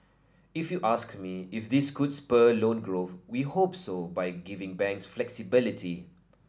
if you ask me if this could spur loan growth we hope so by giving banks flexibility